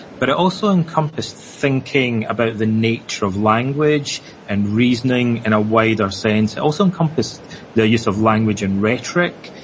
but it also encompassed thinking about the nature of language and reasoning in a wider sense, and it also encompassed the use of language in rhetoric,